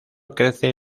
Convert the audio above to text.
crece